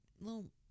little